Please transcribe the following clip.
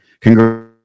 congrats